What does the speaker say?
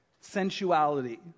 Sensuality